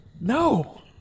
No